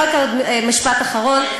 רק עוד משפט, אחרון.